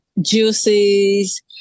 juices